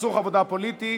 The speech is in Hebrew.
סכסוך עבודה פוליטי),